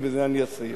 ובזה אסיים: